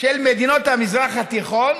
של מדינות המזרח התיכון,